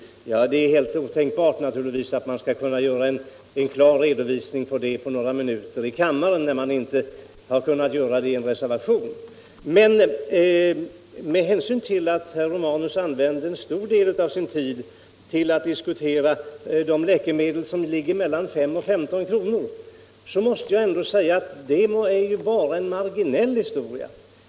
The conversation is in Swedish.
Det är na turligtvis helt otänkbart att ge en klar redovisning av det på några minuter i kammaren när man inte har kunnat göra det i en reservation. Men med hänsyn till att herr Romanus använde en stor del av sin tid till att diskutera de läkemedel som kostar mellan 5 och 15 kronor måste jag ändå säga att dessa utgör bara en marginell historia.